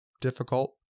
difficult